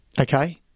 Okay